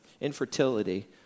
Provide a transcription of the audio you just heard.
infertility